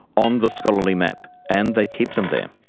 on the scholarly map and they keep them there.